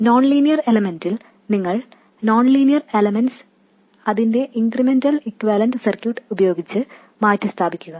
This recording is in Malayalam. നോൺ ലീനിയർ എലമെൻറ് നോക്കുകയാണെങ്കിൽ നിങ്ങൾ നോൺ ലീനിയർ എലമെൻറ്സ് അതിന്റെ ഇൻക്രിമെന്റൽ ഇക്യൂവാലെൻറ് സർക്യൂട്ട് ഉപയോഗിച്ച് മാറ്റിസ്ഥാപിക്കുക